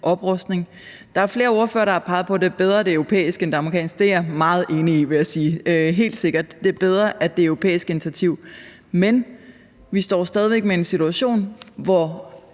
oprustning. Der er flere ordførere, der har peget på, at det er bedre, at det er europæisk, end at det er amerikansk. Det er jeg meget enig i, vil jeg sige, helt sikkert. Det er bedre, at det er et europæiske initiativ. Men vi står stadig væk med en situation, hvor